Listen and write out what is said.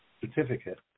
certificate